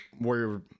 warrior